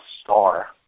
star